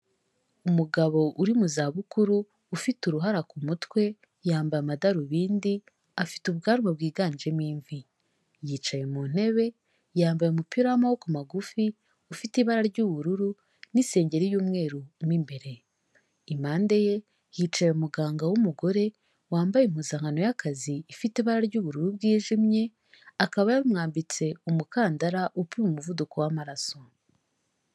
Umugabo uri mu za bukuru, ufite uruhara ku mutwe, yambaye amadarubindi, afite ubwanwa bwiganjemo imvi. Yicaye mu ntebe, yambaye umupira w'amaboko magufi, ufite ibara ry'ubururu n'insengeri y'umweru mo imbere. Impande ye hicaye umuganga w'umugore wambaye impuzankano y'akazi ifite ibara ry'ubururu bwijimye, akaba yamwambitse umukandara upima umuvuduko w'amaraso.